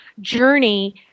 journey